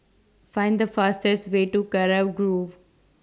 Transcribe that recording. Find The fastest Way to Kurau Grove